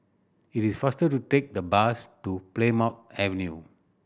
it is faster to take the bus to Plymouth Avenue